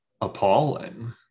appalling